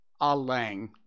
Alang